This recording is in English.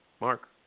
Mark